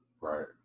Right